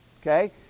Okay